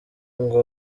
ngo